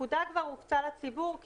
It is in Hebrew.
הפקודה כבר הופצה לציבור,